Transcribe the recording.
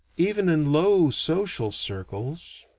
even in low social circles